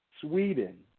Sweden